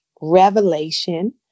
revelation